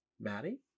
Maddie